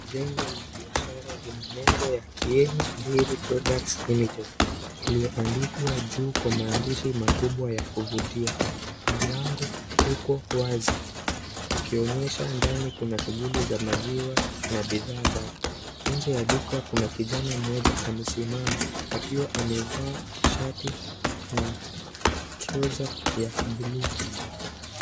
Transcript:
Jengo la biashara lenye nembo ya Kieni Dairy Products limited iliyoandikwa juu kwa maandishi makubwa ya kuvutia, mlango uko wazi ukionyesha ndani kuna shughuli za maziwa na bidhaa zake, nje ya duka kuna kijana moja amesimama akiwa amevaa shati na trouser ya blue .